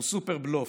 הוא סופר בלוף,